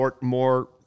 more –